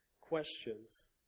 questions